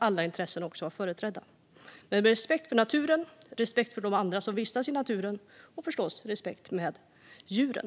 Alla intressen måste vara företrädda med respekt för naturen, respekt för andra som vistas i naturen och förstås respekt för djuren.